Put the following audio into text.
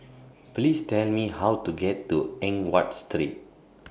Please Tell Me How to get to Eng Watt Street